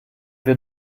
wir